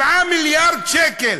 7 מיליארד שקל.